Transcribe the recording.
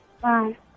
Bye